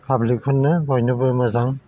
पाब्लिकफोरनो बायनोबो मोजां